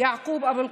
יעקוב אבו אלקיעאן,